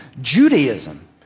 Judaism